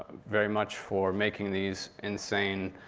very much, for making these insane,